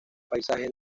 paisaje